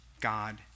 God